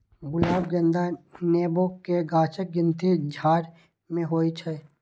गुलाब, गेंदा, नेबो के गाछक गिनती झाड़ मे होइ छै